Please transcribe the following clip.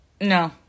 No